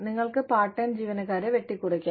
നിങ്ങൾക്ക് part time ജീവനക്കാരെ വെട്ടിക്കുറയ്ക്കാം